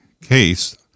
case